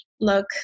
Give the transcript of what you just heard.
look